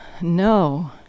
no